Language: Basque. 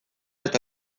eta